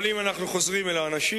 אבל אם אנחנו חוזרים אל האנשים,